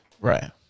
right